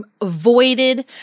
avoided